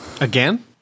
Again